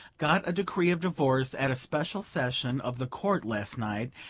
got a decree of divorce at a special session of the court last night,